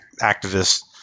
activists